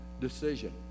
decision